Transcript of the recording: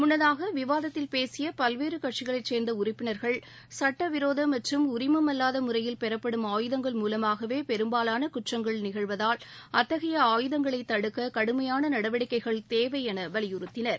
முன்னதாக விவாதத்தில் பேசிய பல்வேறு கட்சிகளைச் சேர்ந்த உறுப்பினர்கள் சுட்டவிரோத மற்றும் உரிமம் அல்வாத முறையில் பெறப்படும் ஆயுதங்கள் மூலமாகவே பெரும்பாலான குற்றங்கள் நிகழ்வதால் அத்தகைய ஆயுதங்களை தடுக்க கடுமையான நடவடிக்கைகள் தேவை என வலியுறுத்தினர்